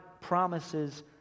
promises